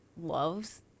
loves